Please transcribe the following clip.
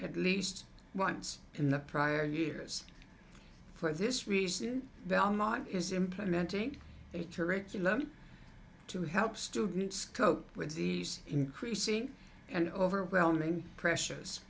at least once in the prior years for this reason belmont is implementing a curriculum to help students cope with these increasing and overwhelming pressures